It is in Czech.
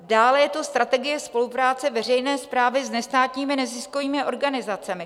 Dále je to Strategie spolupráce veřejné správy s nestátními neziskovými organizacemi.